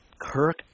Kirk